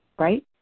Right